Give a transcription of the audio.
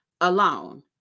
alone